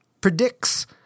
predicts